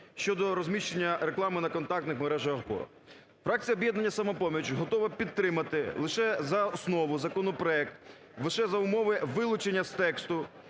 щодо розміщення реклами на контактних мережеопорах. Фракція "Об'єднання "Самопоміч" готова підтримати лише за основу законопроект, лише за умови вилучення з тексту